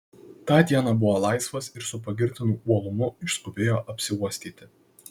tą dieną buvo laisvas ir su pagirtinu uolumu išskubėjo apsiuostyti